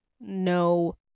no